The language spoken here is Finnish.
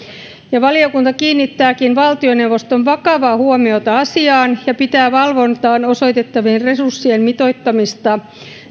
ja valiokunta haluaakin valtioneuvoston kiinnittävän vakavaa huomiota asiaan ja pitää välttämättömänä valvontaan osoitettavien resurssien mitoittamista